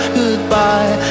goodbye